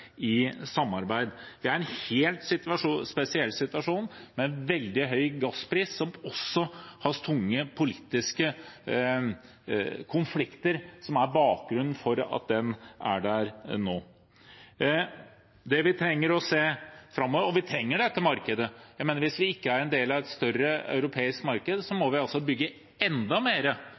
i samarbeid. Vi er i en helt spesiell situasjon med en veldig høy gasspris, som også har tunge politiske konflikter som bakgrunn for at den er slik nå. Vi trenger å se framover, og vi trenger dette markedet. Jeg mener at hvis vi ikke er en del av et større europeisk marked, må vi bygge enda